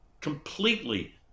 Completely